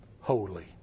Holy